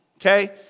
okay